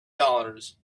dollars